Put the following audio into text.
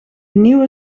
nieuwe